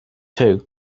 too